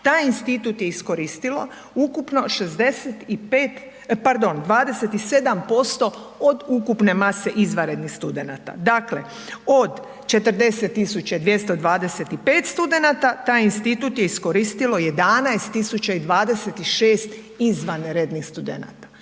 taj institut je iskoristilo ukupno 65, pardon 27% od ukupne mase izvanrednih studenata, dakle od 40 225 studenata, taj institut je iskoristilo 11 026 izvanrednih studenata,